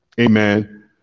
Amen